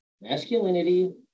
masculinity